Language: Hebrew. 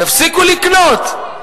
תפסיקו לקנות.